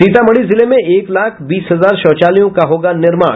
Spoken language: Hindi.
सीतामढ़ी जिले में एक लाख बीस हजार शौचालयों का होगा निर्माण